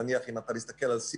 נניח אם אתה מסתכל על COP